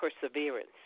perseverance